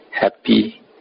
happy